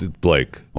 Blake